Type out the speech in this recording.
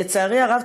לצערי הרב,